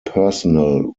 personal